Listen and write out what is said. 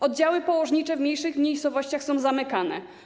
Oddziały położnicze w mniejszych miejscowościach są zamykane.